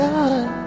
God